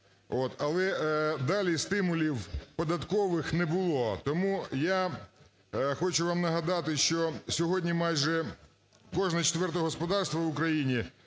Але далі стимулів податкових не було, тому я хочу вам нагадати, що сьогодні майже кожне четверте господарство в Україні